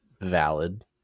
valid